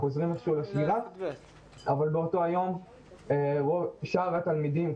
אבל באותו היום שאר התלמידים,